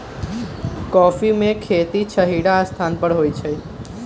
coffee में खेती छहिरा स्थान पर होइ छइ